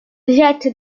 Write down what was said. jette